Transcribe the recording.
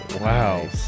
wow